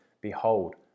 Behold